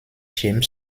james